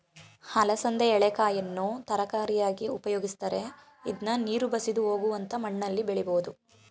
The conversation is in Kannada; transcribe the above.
ಅಲಸಂದೆ ಎಳೆಕಾಯನ್ನು ತರಕಾರಿಯಾಗಿ ಉಪಯೋಗಿಸ್ತರೆ, ಇದ್ನ ನೀರು ಬಸಿದು ಹೋಗುವಂತ ಮಣ್ಣಲ್ಲಿ ಬೆಳಿಬೋದು